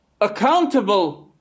accountable